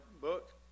book